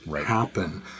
happen